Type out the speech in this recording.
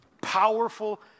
Powerful